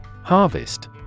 Harvest